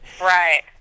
Right